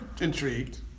intrigued